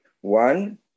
One